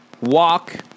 Walk